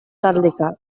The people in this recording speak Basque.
taldeka